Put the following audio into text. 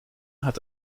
hat